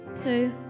two